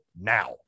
now